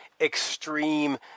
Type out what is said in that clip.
extreme